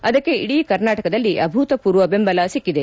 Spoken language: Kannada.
ಅದಕ್ಕೆ ಇಡೀ ಕರ್ನಾಟಕದಲ್ಲಿ ಅಭೂತಪೂರ್ವ ಬೆಂಬಲ ಸಿಕ್ಕಿದೆ